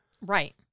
Right